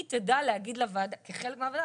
היא תדע להגיד כחלק מהוועדה,